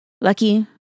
Lucky